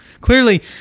Clearly